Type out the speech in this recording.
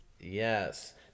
Yes